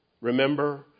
Remember